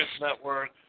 Network